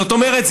זאת אומרת,